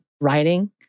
writing